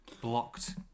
Blocked